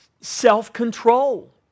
self-control